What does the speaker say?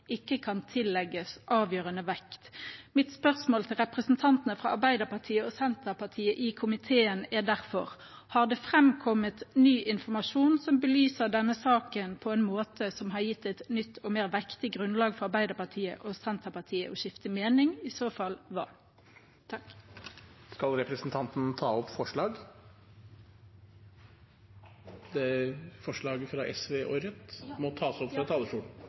ikke kan tillegges avgjørende vekt. Mitt spørsmål til representantene fra Arbeiderpartiet og Senterpartiet i komiteen er derfor: Har det framkommet ny informasjon som belyser denne saken på en måte som har gitt et nytt og mer vektig grunnlag for Arbeiderpartiet og Senterpartiet å skifte mening. I så fall: Hva? Skal representanten ta opp forslag? Forslaget fra SV og Rødt må tas opp fra talerstolen.